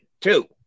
Two